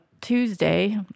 Tuesday